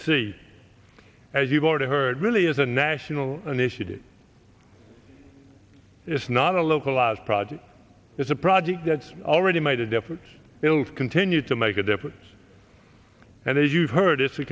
see as you've already heard really is a national initiative it's not a localized project it's a project that's already made a difference it will continue to make a difference and as you've heard this a